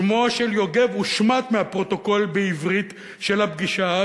שמו של יוגב הושמט מהפרוטוקול בעברית של הפגישה,